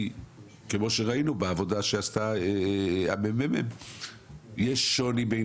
כמו שראינו בעבודה שעשה מרכז המחקר והמידע יש שוני בין